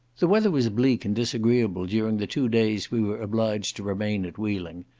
the weather was bleak and disagreeable during the two days we were obliged to remain at wheeling.